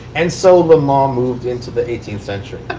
and so le mans moved into the eighteenth century.